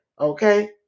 okay